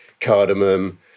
cardamom